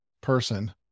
person